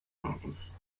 others